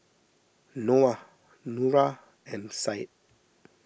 Noah Nura and Syed